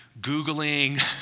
Googling